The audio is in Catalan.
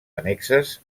annexes